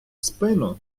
спину